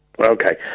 Okay